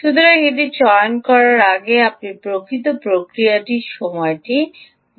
সুতরাং এটি চয়ন করার আগে আপনি প্রকৃত প্রতিক্রিয়া সময়টি বুঝতে পারবেন